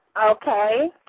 Okay